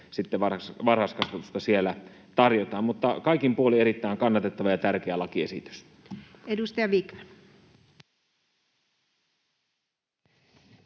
varhaiskasvatusta tarjotaan. Mutta kaikin puolin erittäin kannatettava ja tärkeä lakiesitys. Edustaja Vikman.